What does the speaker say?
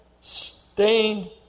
stained